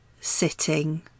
sitting